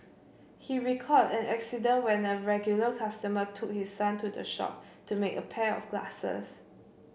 he recalled an incident when a regular customer took his son to the shop to make a pair of glasses